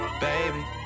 Baby